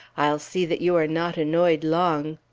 i'll see that you are not annoyed long.